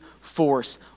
force